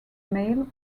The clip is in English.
male